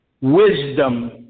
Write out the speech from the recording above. Wisdom